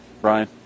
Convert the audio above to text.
Brian